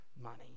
money